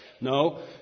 no